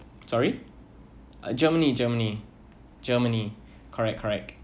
sorry uh germany germany germany correct correct